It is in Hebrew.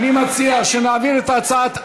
אני מציע, ראש הממשלה.